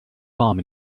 bomb